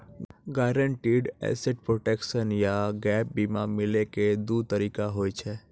guaranteed asset protection या gap बीमा मिलै के दु तरीका होय छै